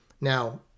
Now